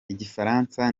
igifaransa